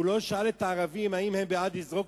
הוא לא שאל את הערבים אם הם בעד לזרוק